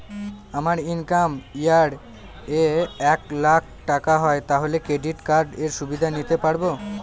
আমার income year এ এক লাক টাকা হয় তাহলে ক্রেডিট কার্ড এর সুবিধা নিতে পারবো?